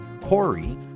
Corey